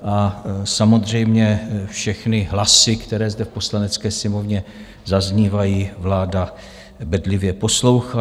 A samozřejmě všechny hlasy, které zde v Poslanecké sněmovně zaznívají, vláda bedlivě poslouchá.